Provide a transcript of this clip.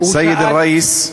סייד אל-ראיס,